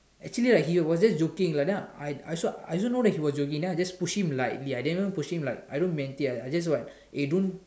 actually right he was just joking lah then I also I also know that he also joking then I just push him lightly I didn't even push him like I haven't even meant it like eh don't